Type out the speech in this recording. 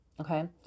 Okay